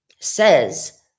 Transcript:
says